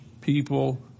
people